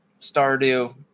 Stardew